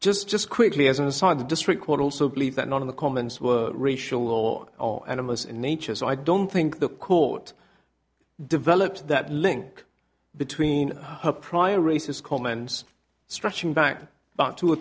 just just quickly as an aside the district court also believe that none of the comments were racial or of animists in nature so i don't think the court developed that link between her prior racist comments stretching back about two or